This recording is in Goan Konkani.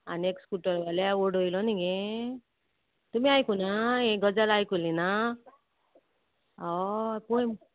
आनी एक स्कुटरवाल्या उडोयलो न्ही गे तुमी आयकुना यें गजाल आयकुली ना हय पय